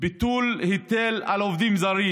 ביטול היטל על עובדים זרים.